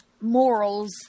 morals